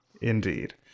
Indeed